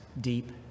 deep